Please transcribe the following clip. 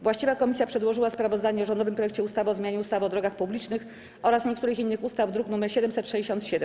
Właściwa komisja przedłożyła sprawozdanie o rządowym projekcie ustawy o zmianie ustawy o drogach publicznych oraz niektórych innych ustaw, druk nr 767.